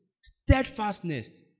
steadfastness